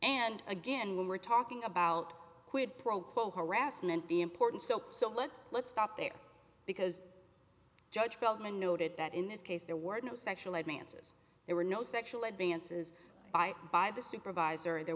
and again we're talking about quid pro quo harassment the important so let's let's stop there because judge feldman noted that in this case there were no sexual advances there were no sexual advances by by the supervisor there